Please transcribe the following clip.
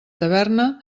taverna